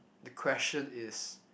the question is